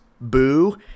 Boo